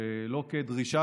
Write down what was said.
לא כדרישה,